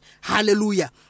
Hallelujah